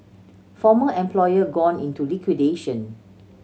former employer gone into liquidation